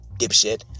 dipshit